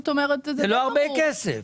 אבל זה לא הרבה כסף.